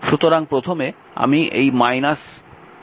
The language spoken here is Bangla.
সুতরাং প্রথমে আমি এই v2 নিচ্ছি